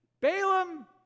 Balaam